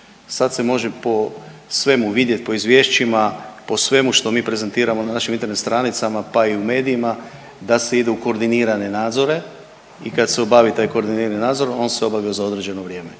Sad se može po svemu vidjeti, po izvješćima, po svemu što mi prezentiramo na našim internet stranicama pa i u medijima da se ide u koordinirane nadzore i kad se obavi taj koordinirani nadzor on se obavlja za određeno vrijeme.